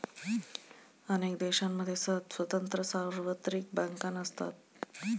अनेक देशांमध्ये स्वतंत्र सार्वत्रिक बँका नसतात